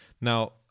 Now